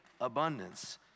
abundance